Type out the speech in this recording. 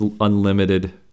unlimited